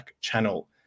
channel